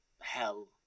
hell